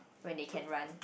when they can run